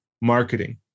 marketing